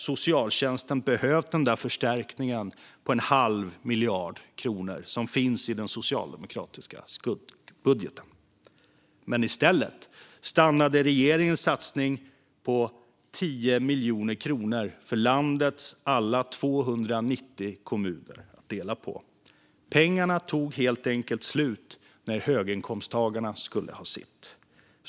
Socialtjänsten hade behövt den där förstärkningen på en halv miljard kronor som finns i den socialdemokratiska skuggbudgeten, men i stället stannade regeringens satsning på 10 miljoner kronor för landets alla 290 kommuner att dela på. Pengarna tog helt enkelt slut när höginkomsttagarna skulle ha sitt.